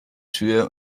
tür